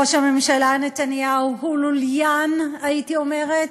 ראש הממשלה נתניהו הוא לוליין, הייתי אומרת,